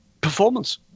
Performance